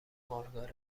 مارگارت